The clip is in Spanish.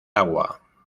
agua